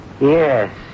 Yes